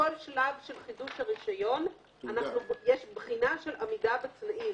שבכל שלב של חידוש הרשיון יש בחינה של עמידה בתנאים.